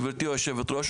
גבירתי היושבת ראש,